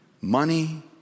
money